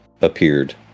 appeared